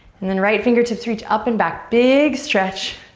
and then right fingertips reach up and back. big stretch,